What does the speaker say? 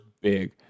big